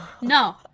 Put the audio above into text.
no